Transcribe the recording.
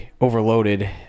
overloaded